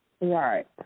Right